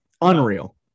Unreal